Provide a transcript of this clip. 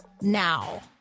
Now